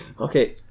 Okay